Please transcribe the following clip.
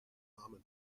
common